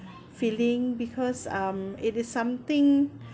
feeling because um it is something